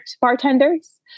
bartenders